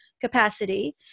capacity